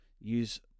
use